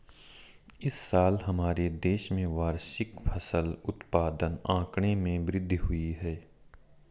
इस साल हमारे देश में वार्षिक फसल उत्पादन आंकड़े में वृद्धि हुई है